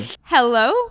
Hello